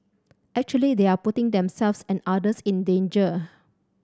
actually they are putting themselves and others in danger